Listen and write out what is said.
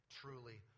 truly